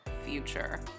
future